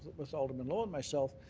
with alderman lowe and myself,